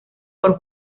por